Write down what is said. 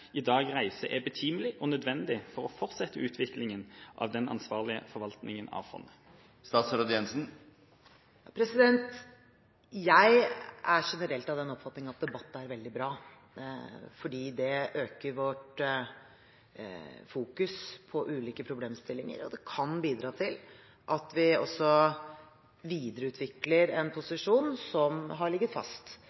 i dag reiser, er betimelig og nødvendig for å fortsette utviklinga av den ansvarlige forvaltninga av fondet? Jeg er generelt av den oppfatning at debatt er veldig bra, fordi det øker vårt fokus på ulike problemstillinger, og det kan bidra til at vi også videreutvikler en